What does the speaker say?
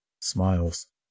smiles